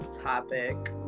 topic